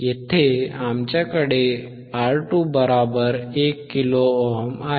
येथे आमच्याकडे R2 बरोबर 1 किलो ओहम आहे